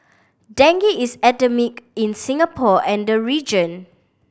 Dengue is endemic in Singapore and the region